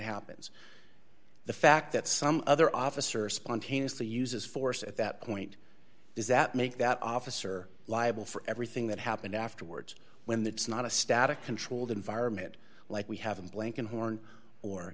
happens the fact that some other officer spontaneously uses force at that point does that make that officer liable for everything that happened afterwards when that's not a static controlled environment like we have in blankenhorn or